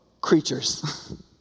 creatures